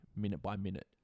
minute-by-minute